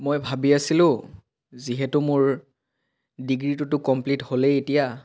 মই ভাবি আছিলোঁ যিহেতু মোৰ ডিগ্ৰীটোতো কমপ্লিত হ'লেই এতিয়া